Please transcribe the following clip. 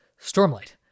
Stormlight